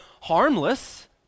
harmless